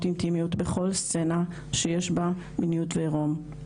אינטימיות בכל סצנה שיש בה מיניות ועירום.